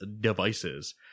devices